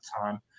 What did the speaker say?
time